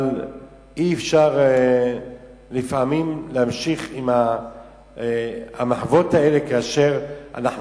אבל אי-אפשר להמשיך עם המחוות האלה כאשר אנחנו